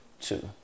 two